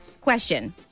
question